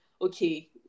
okay